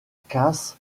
casse